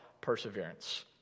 perseverance